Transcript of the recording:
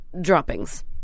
droppings